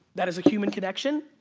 that is a human connection.